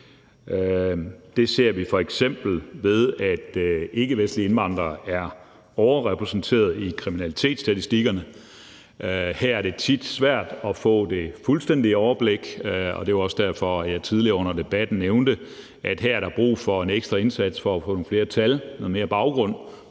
Det ser vi f.eks., ved at ikkevestlige indvandrere er overrepræsenterede i kriminalitetsstatistikkerne. Her er det tit svært at få det fuldstændige overblik, og det var også derfor, at jeg tidligere under debatten nævnte, at her er der brug for en ekstra indsats for at få nogle flere tal og noget mere baggrund